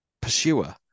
pursuer